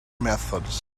methods